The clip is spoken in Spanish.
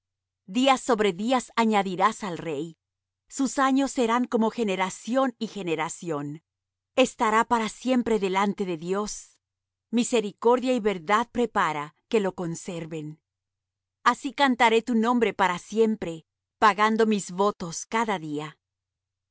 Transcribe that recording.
días sobre días añadirás al rey sus años serán como generación y generación estará para siempre delante de dios misericordia y verdad prepara que lo conserven así cantaré tu nombre para siempre pagando mis votos cada día al